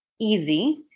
easy